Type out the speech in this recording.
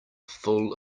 full